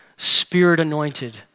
Spirit-anointed